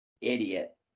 Idiot